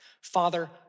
Father